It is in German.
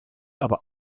aber